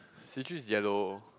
is yellow